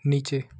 नीचे